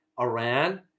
Iran